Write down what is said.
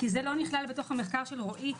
כי זה לא נכלל בתוך המחקר של רועי,